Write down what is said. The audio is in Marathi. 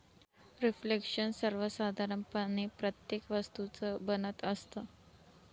रिफ्लेक्शन सर्वसाधारणपणे प्रत्येक वस्तूचं बनत असतं